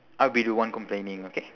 I'll be the one complaining okay